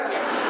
Yes